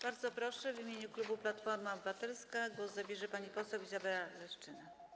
Bardzo proszę, w imieniu klubu Platforma Obywatelska głos zabierze pani poseł Izabela Leszczyna.